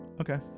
Okay